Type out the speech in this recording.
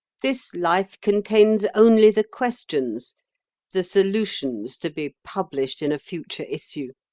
this life contains only the questions the solutions to be published in a future issue.